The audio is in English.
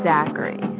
Zachary